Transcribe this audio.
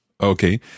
Okay